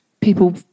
people